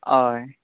हय